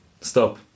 stop